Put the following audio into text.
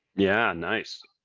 yeah, nice!